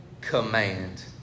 Command